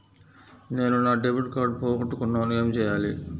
నేను నా debit card పోగొట్టుకున్నాను ఏమి చేయాలి?